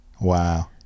Wow